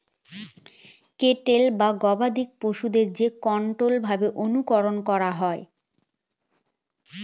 cattle বা গবাদি পশুদের যে কন্ট্রোল্ড ভাবে অনুকরন করা হয়